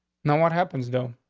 no. what happens though?